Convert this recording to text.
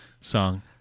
song